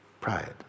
pride